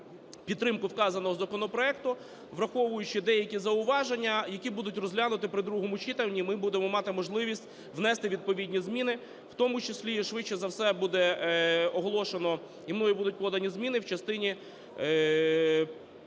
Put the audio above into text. підтримку вказаного законопроекту, враховуючи деякі зауваження, які будуть розглянуті при другому читанні. Ми будемо мати можливість внести відповідні зміни, в тому числі і швидше за все буде оголошено, і мною будуть подані зміни в частині